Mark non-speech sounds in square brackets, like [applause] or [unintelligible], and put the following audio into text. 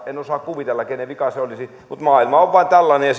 en osaa kuvitella kenen vika se olisi mutta maailma vain on tällainen ja [unintelligible]